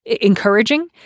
encouraging